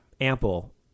ample